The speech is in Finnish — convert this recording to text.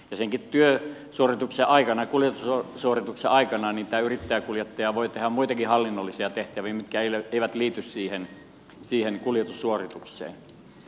sen työsuorituksenkin aikana kuljetussuorituksen aikana tämä yrittäjäkuljettaja voi tehdä muitakin hallinnollisia tehtäviä mitkä eivät liity siihen kuljetussuoritukseen